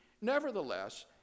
Nevertheless